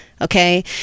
okay